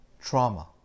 trauma